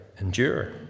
Endure